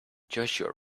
joshua